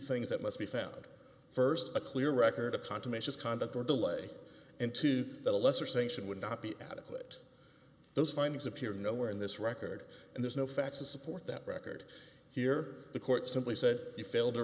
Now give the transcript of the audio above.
things that must be found st a clear record of confirmations conduct or delay and to a lesser sanction would not be adequate those findings appear nowhere in this record and there's no facts to support that record here the court simply said you failed